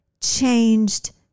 changed